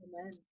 Amen